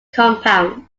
compound